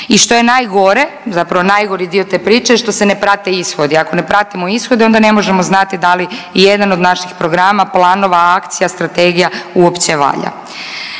I što je najgore, zapravo najgori dio te priče je što se ne prate ishodi. Ako ne pratimo ishode onda ne možemo znati da li i jedan od naših programa, planova, akcija, strategija uopće valja.